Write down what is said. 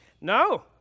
no